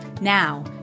Now